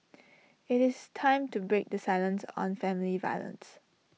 IT is time to break the silence on family violence